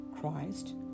Christ